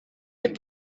could